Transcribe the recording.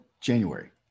January